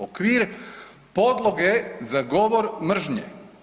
Okvir podloge za govor mržnje.